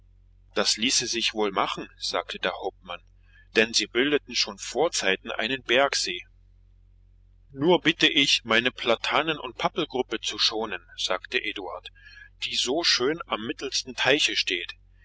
das ließe sich wohl machen sagte der hauptmann denn sie bildeten schon vorzeiten einen bergsee nur bitte ich meine platanen und pappelgruppe zu schonen sagte eduard die so schön am mittelsten teiche steht